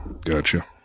Gotcha